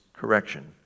Correction